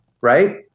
right